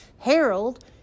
Harold